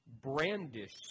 Brandish